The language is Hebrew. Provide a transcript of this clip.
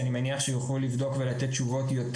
אני מניח שיוכלו לבדוק ולתת תשובות.